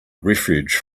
refuge